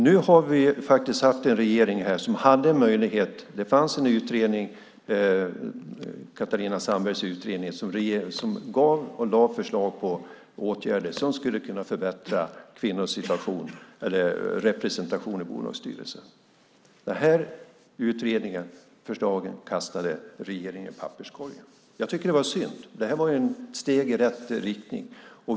Nu har vi haft en regering som hade tillgång till de förslag till åtgärder som lades fram av Catarina af Sandebergs utredning. Det var åtgärder som skulle kunna förbättra kvinnors representation i bolagsstyrelser. Dessa förslag kastade regeringen i papperskorgen. Det var synd. Det var steg i rätt riktning.